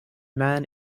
man